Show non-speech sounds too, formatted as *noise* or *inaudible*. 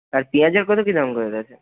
আর পিঁয়াজের কত কী দাম *unintelligible* গেছে